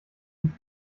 die